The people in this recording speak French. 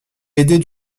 aidés